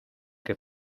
que